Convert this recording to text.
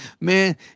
Man